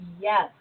Yes